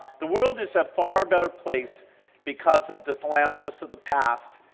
the world is a far better place because of the philanthropists of the past,